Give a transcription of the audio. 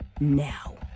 Now